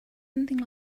anything